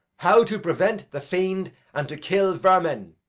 how to prevent the fiend and to kill vermin.